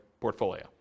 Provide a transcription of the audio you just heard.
portfolio